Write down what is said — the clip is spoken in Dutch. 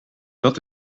dat